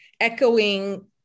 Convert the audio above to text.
echoing